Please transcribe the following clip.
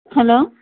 hello